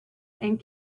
and